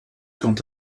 quant